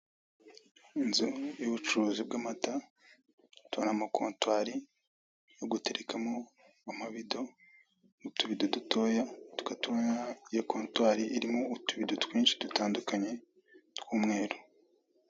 Inzu y'ubucuruzi bw'amata turabonamo kontwari yo guterekamo amabido nutubido dutoya, tukaba tubona iyo kontwari irimo utubido twinshi dutandukanye twa umweru.